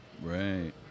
Right